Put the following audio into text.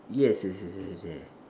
yes yes yes yes yes